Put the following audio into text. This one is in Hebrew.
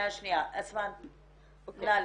נא לסיים.